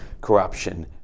corruption